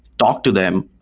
talk to them,